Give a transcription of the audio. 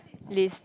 list